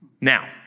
Now